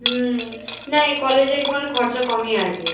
হুম না এই কলেজে একটুখানি খরচা কমই আছে